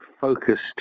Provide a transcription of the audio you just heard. focused